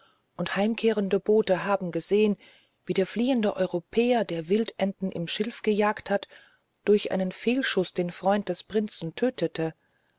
und heimkehrende boote haben gesehen wie der fliehende europäer der wildenten im schilf gejagt hat durch einen fehlschuß den freund des prinzen tötete